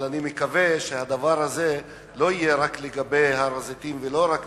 אבל אני מקווה שהדבר הזה לא יהיה רק לגבי הר-הזיתים ולא רק